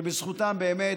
שבזכותם באמת